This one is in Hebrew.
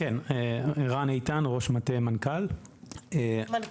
אני ראש מטה מנכ"ל הספורט.